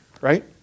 right